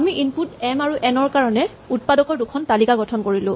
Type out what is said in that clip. আমি input M আৰু N ৰ কাৰণে উৎপাদকৰ দুখন তালিকা গঠন কৰিলো